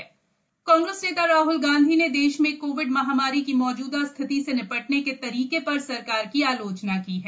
Rahul covid Congress नेता राहल गांधी ने देश में कोविड महामारी की मौजूदा स्थिति से निपटने के तरीके पर सरकार की आलोचना की है